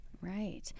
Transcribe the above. Right